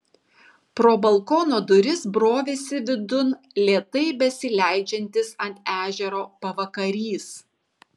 pro balkono duris brovėsi vidun lėtai besileidžiantis ant ežero pavakarys